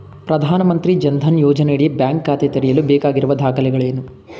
ಪ್ರಧಾನಮಂತ್ರಿ ಜನ್ ಧನ್ ಯೋಜನೆಯಡಿ ಬ್ಯಾಂಕ್ ಖಾತೆ ತೆರೆಯಲು ಬೇಕಾಗಿರುವ ದಾಖಲೆಗಳೇನು?